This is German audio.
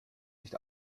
nicht